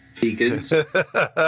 Vegans